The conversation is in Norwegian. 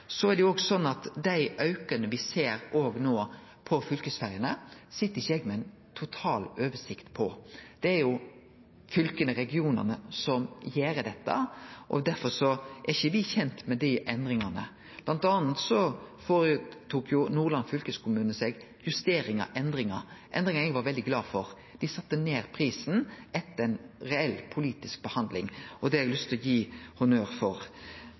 Så er det slik at den auken me ser òg no på fylkesferjene, sit ikkje eg med ein total oversikt over. Det er fylka, regionane, som gjer dette, derfor er ikkje me kjende med dei endringane. Blant anna gjorde Nordland fylkeskommune justeringar og endringar, endringar eg var veldig glad for. Dei sette ned prisen etter ei reell politisk behandling, og det har eg lyst til å gi honnør for.